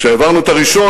כשהעברנו את הראשון,